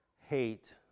hate